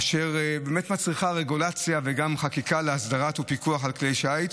אשר מצריכה רגולציה וגם חקיקה להסדרה ולפיקוח על כלי שיט,